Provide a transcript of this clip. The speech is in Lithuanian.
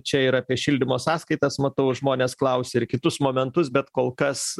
čia ir apie šildymo sąskaitas matau žmonės klausia ir kitus momentus bet kol kas